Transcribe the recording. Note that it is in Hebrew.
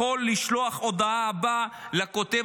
יכול לשלוח את ההודעה הבאה לכותב